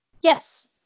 Yes